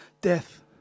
death